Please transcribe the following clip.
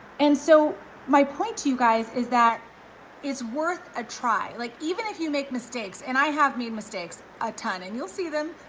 and so my point to you guys is that it's worth a try. like even if you make mistakes and i have made mistakes a ton and you'll see them,